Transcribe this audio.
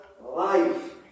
life